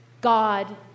God